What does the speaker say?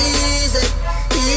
easy